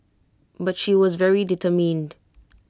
but she was very determined